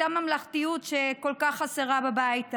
אותה ממלכתיות שכל כך חסרה בבית הזה.